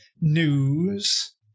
news